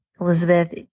Elizabeth